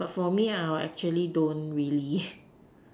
but for me I will actually don't really